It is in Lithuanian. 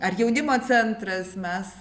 ar jaunimo centras mes